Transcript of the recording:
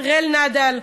רל נדל.